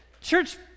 church